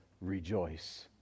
rejoice